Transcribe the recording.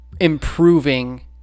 improving